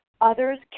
Others